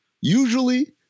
usually